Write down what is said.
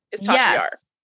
Yes